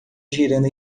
girando